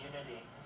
community